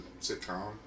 sitcom